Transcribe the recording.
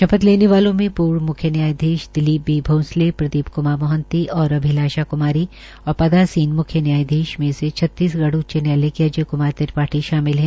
शपथ लेने वालों में पूर्व म्ख्य न्यायाधीश दिलीप बी भौंसले प्रदीप क्मार मोहंती और अभिलाषा कुमारी और पदासीन मुख्य न्यायाधीश में से छतीस गढ़ उच्च न्यायालय के अजय क्मार त्रिपाठी शामिल है